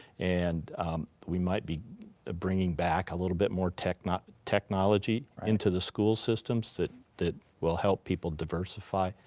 and we might be bringing back a little bit more technology technology into the school systems that that will help people diversify.